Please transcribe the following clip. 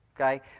Okay